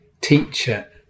teacher